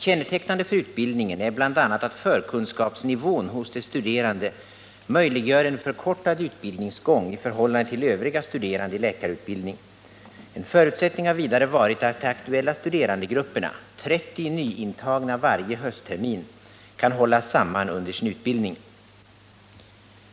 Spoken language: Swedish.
Kännetecknande för utbildningen är bl.a. att förkun skapsnivån hos de studerande möjliggör en förkortad utbildningsgång i förhållande till övriga studerande i läkarutbildning. En förutsättning har vidare varit att de aktuella studerandegrupperna — 30 nyintagna varje hösttermin — kan hållas samman under sin utbildning.